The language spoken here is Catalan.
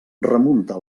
remunta